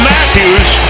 Matthews